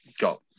got